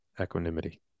equanimity